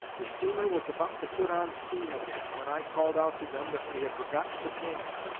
the steamer was about to put on steam again, when i called out to them that they had forgotten to pay me.